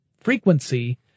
frequency